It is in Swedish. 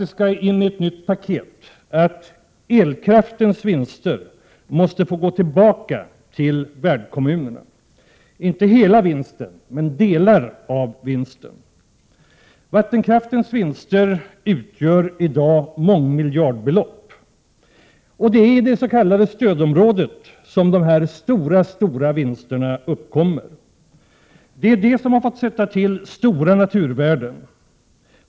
När det gäller ett nytt paket begär vi också att elkraftens vinster går tillbaka till värdkommunerna — inte hela vinsten, men delar av den. Vattenkraftens vinster utgör i dag mångmiljardbelopp. Det är i det s.k. stödområdet som de mycket stora vinsterna uppkommer. Det är det området som har fått sätta till stora naturvärden.